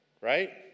Right